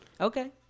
Okay